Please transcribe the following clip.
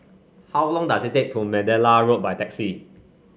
how long does it take to Mandalay Road by taxi